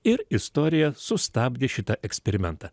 ir istorija sustabdė šitą eksperimentą